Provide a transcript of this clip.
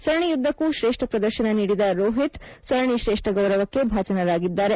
ಸರಣಿಯುದ್ದಕ್ಕೂ ಶ್ರೇಷ್ಠ ಪ್ರದರ್ಶನ ನೀಡಿದ ರೋಹಿತ್ ಸರಣಿ ಶ್ರೇಷ್ಠ ಗೌವರಕ್ಕೆ ಭಾಜನರಾಗಿದ್ದಾರೆ